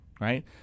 right